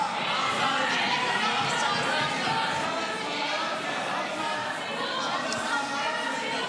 חינוך המפלים תלמידים ברישום אליהם (תיקוני חקיקה),